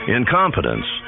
Incompetence